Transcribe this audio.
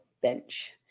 Bench